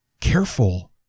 Careful